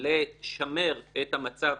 לשמר את המצב